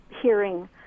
hearing